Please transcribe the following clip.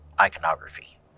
iconography